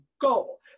goal